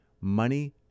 Money